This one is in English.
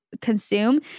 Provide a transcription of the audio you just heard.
consume